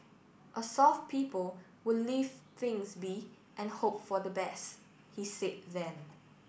a soft people would leave things be and hope for the best he said then